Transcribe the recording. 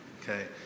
okay